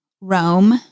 Rome